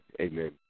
Amen